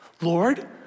Lord